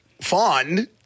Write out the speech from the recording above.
fun